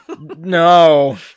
No